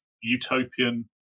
utopian